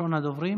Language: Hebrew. ראשון הדוברים,